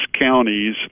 counties